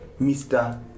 Mr